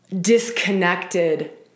disconnected